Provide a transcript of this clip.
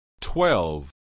twelve